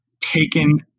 taken